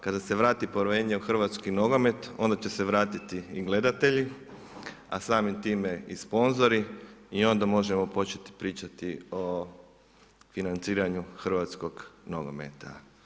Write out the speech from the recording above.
Kada se vrati povjerenje u hrvatski nogomet, onda će se vratiti i gledatelji a samim time i sponzori i onda možemo početi pričati o financiranju hrvatskog nogometa.